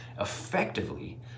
effectively